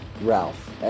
Ralph